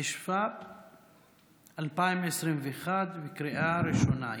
התשפ"ב 2021, לקריאה ראשונה.